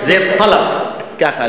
זה טָלָב, ככה.